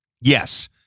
Yes